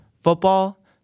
Football